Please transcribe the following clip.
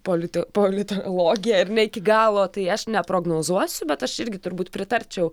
politi politologė ar ne iki galo tai aš neprognozuosiu bet aš irgi turbūt pritarčiau